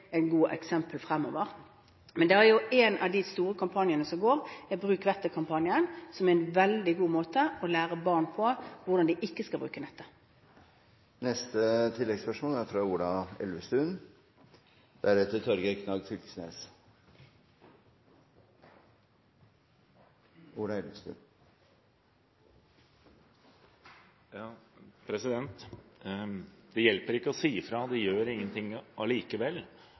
Men en av de store kampanjene som pågår, er bruk vettet-kampanjen, som er en veldig god måte å lære barn på hvordan de ikke skal bruke nettet. Ola Elvestuen – til oppfølgingsspørsmål. «Det hjelper ikke å si ifra, de gjør ikke noe uansett», er sitatet fra Odin i VG. Det